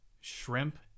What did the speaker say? shrimp